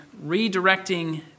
redirecting